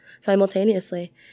Simultaneously